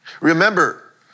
Remember